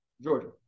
Georgia